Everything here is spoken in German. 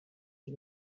die